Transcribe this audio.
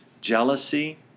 jealousy